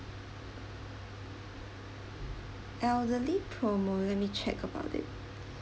elderly promo let me check about it